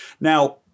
Now